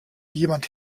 jemand